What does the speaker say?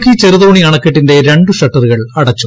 ഇടുക്കി ചെറുതോണി അണക്കെട്ടിന്റെ രണ്ടു ഷട്ടറുകൾ അടച്ചു